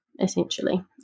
Essentially